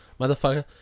Motherfucker